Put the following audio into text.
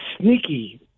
sneaky